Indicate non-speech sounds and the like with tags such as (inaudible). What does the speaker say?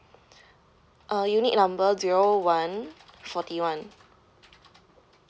(breath) uh unit number zero one forty one